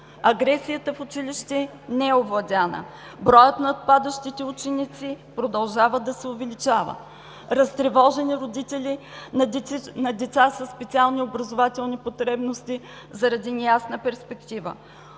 Агресията в училище не е овладяна. Броят на отпадащите ученици продължава да се увеличава. Разтревожени родители на деца със специални образователни потребности заради неясна перспектива.